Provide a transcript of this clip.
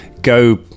Go